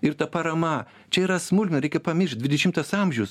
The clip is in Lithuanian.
ir ta parama čia yra smulkmena reikia pamiršt dvidešimtas amžius